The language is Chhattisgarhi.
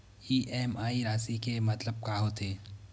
इ.एम.आई राशि के मतलब का होथे?